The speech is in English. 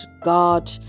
God